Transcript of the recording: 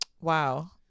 Wow